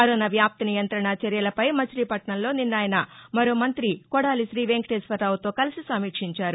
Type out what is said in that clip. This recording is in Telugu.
కరోనా వ్యాప్తి నియంతణ చర్యలపై మచిలీపట్నంలో నిన్న ఆయన మరో మంతి కొడాలి శ్రీవెంకటేశ్వరరావుతో కలిసి సమీక్షించారు